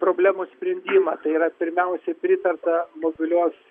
problemų sprendimą tai yra pirmiausia pritarta mobilios